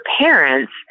parents